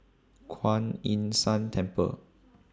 Kuan Yin San Temple